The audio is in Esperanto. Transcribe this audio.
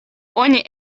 oni